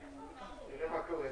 לולי החופש כפי שאמרנו בוועדה הקודמת,